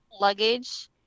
luggage